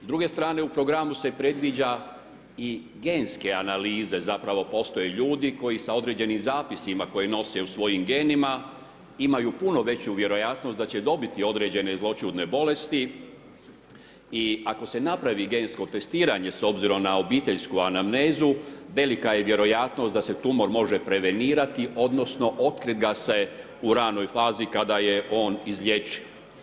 S druge strane u programu se predviđa i genske analize, zapravo postoje ljudi koji sa određenim zapisima koje nose u svojim genima imaju puno veću vjerojatnost da će dobiti određene zloćudne bolesti i ako se napravi gensko testiranje s obzirom na obiteljsku anamnezu, velika je vjerojatnost da se tumor može prevenirati odnosno otkrit ga se u radnoj fazi kada je on izliječiv.